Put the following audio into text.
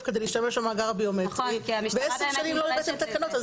כדי להשתמש במאגר הביומטרי ו-10 שנים לא הבאתם תקנות.